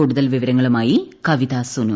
കൂടുതൽ വിവരങ്ങളുമായി കവിതസുനു